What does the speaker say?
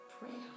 Pray